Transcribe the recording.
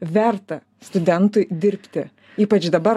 verta studentui dirbti ypač dabar